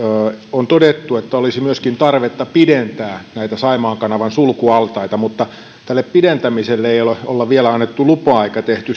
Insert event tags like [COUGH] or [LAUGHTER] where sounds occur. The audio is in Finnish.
on todettu että olisi myöskin tarvetta pidentää saimaan kanavan sulkualtaita mutta tälle pidentämiselle ei olla vielä annettu lupaa eikä tehty [UNINTELLIGIBLE]